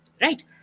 right